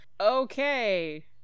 okay